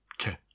Okay